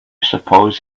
suppose